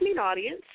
audience